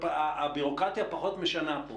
הביורוקרטיה פחות משנה פה